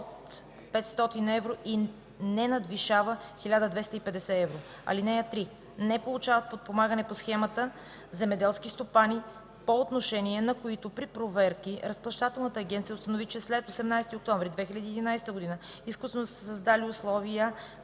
от 500 евро и не надвишава 1250 евро. (3) Не получават подпомагане по схемата земеделски стопани, по отношение на които при проверки Разплащателната агенция установи, че след 18 октомври 2011 г. изкуствено са създали условия